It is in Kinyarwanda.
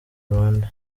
rwanda